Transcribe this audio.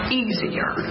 easier